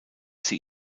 sie